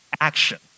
action